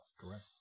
Correct